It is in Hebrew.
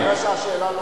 מה השאלה?